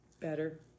better